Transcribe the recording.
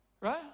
Right